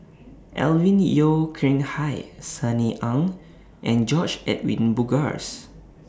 Alvin Yeo Khirn Hai Sunny Ang and George Edwin Bogaars